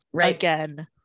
again